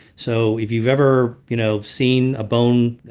so if you've ever you know seen a bone,